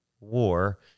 war